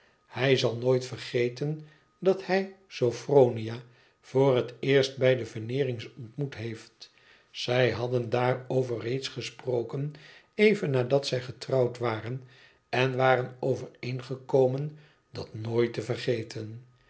hij zal nooit vergeten dat hij sophronia voor het eerst bij de veneerings ontmoet heeft zij hadden daarover reeds gesproken even nadat zij getrouwd waren en waren overeenge komen dat nooit te vergeten